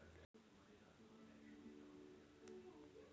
हरी सब्जी कौन से सीजन में अत्यधिक उत्पादित की जा सकती है?